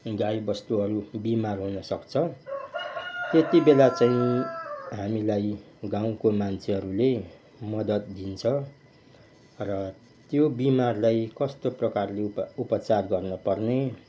गाईबस्तुहरू बिमार हुनसक्छ त्यति बेला चाहिँ हामीलाई गाउँको मान्छेहरूले मद्दत दिन्छ र त्यो बिमारलाई कस्तो प्रकारले उप उपचार गर्नपर्ने